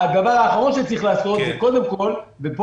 הדבר האחרון שצריך לעשות הוא קודם כול ופה